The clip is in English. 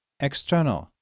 External